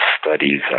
studies